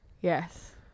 Yes